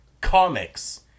Comics